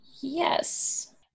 Yes